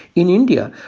in india,